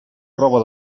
roba